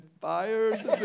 fired